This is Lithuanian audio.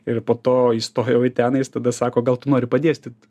ir po to įstojau į ten jis tada sako gal tu nori padėstyt